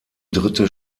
dritte